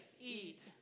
eat